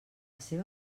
seva